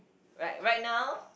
like right now